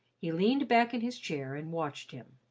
he leaned back in his chair and watched him.